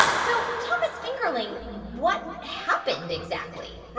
so, thomas fingerling, what happened exactly?